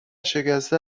شکسته